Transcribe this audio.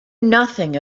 nothing